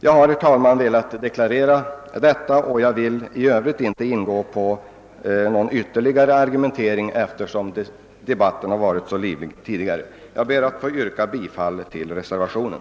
Jag har, herr talman, velat deklarera detta och vill inte vidare gå in på någon argumentering i Övrigt, eftersom motiven redovisats tidigare i debatten. Jag ber att få yrka bifall till reservationen.